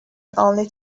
only